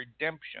redemption